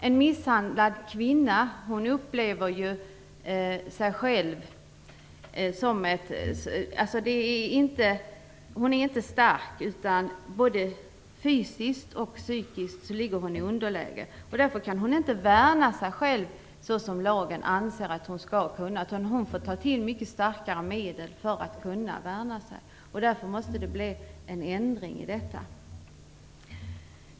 En misshandlad kvinna upplever det inte så. Hon är inte stark. Både fysiskt och psykiskt ligger hon i underläge. Därför kan hon inte värna sig själv så som lagen anser att hon skall kunna. Hon får ta till mycket starkare medel för att kunna värna sig. Därför måste det bli en ändring av detta.